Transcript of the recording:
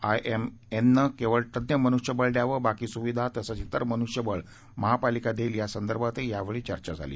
आयएमएनं केवळ तज्ञ मनुष्यबळ द्यावं बाकी सुविधा तसंच तिर मनुष्यबळ महापालिका देईल यासंदर्भातही यावेळी चर्चा झाली